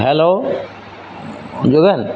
hello Jogen